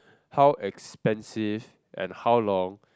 how expensive and how long